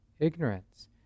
ignorance